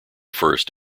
first